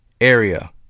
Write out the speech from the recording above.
area